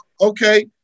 Okay